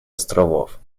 островов